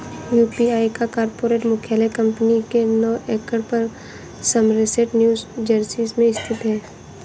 UPI का corporate मुख्यालय company के नौ एकड़ पर समरसेट न्यू जर्सी में स्थित है